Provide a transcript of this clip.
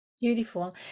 Beautiful